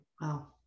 Wow